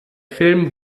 film